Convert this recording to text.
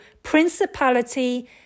Principality